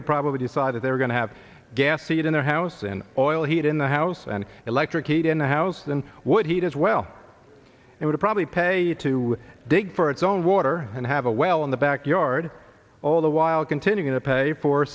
would probably decide that they are going to have gas heat in their house and oil heat in the house and electric heat in the house than what he does well and will probably pay you to dig for its own water and have a well in the back yard all the while continuing to pay for